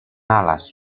alas